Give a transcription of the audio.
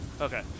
Okay